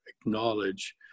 acknowledge